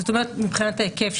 זאת אומרת מבחינת ההיקף שלה.